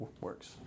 Works